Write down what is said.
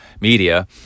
media